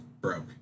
broke